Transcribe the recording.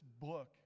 book